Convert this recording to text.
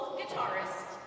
guitarist